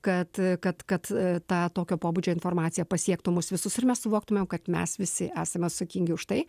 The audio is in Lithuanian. kad kad kad ta tokio pobūdžio informacija pasiektų mus visus ir mes suvoktumėm kad mes visi esame atsakingi už tai